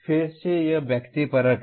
फिर से यह व्यक्तिपरक है